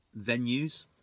venues